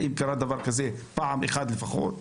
האם קרה דבר כזה פעם אחת לפחות?